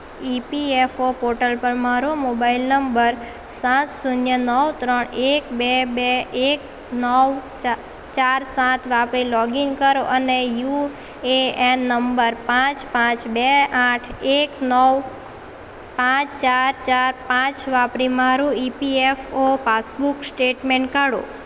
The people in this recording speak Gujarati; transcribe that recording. ઇપીએફઓ પોર્ટલ પર મારો મોબાઈલ નંબર સાત શૂન્ય નવ ત્રણ એક બે બે એક નવ ચ ચાર સાત વાપરી લોગિન કરો અને યુ એ એન નંબર પાંચ પાંચ બે આઠ એક નવ પાંચ ચાર ચાર પાંચ વાપરી મારું ઇપીએફઓ પાસબુક સ્ટેટમેન્ટ કાઢો